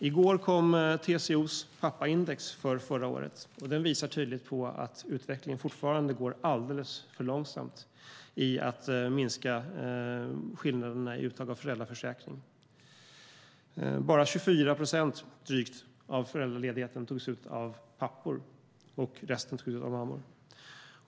I går kom TCO:s pappaindex för förra året. Det visar tydligt att utvecklingen fortfarande går alldeles för långsamt när det gäller att minska skillnaderna i uttag av föräldraförsäkring. Bara drygt 24 procent av föräldraledigheten togs ut av pappor, och resten togs ut av mammor.